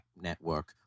network